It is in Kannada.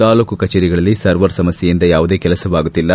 ತಾಲೂಕು ಕಚೇರಿಗಳಲ್ಲಿ ಸರ್ವರ್ ಸಮಸ್ಕೆಯಿಂದ ಯಾವುದೇ ಕೆಲಸವಾಗುತ್ತಿಲ್ಲ